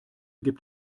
gibt